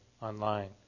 online